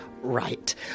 Right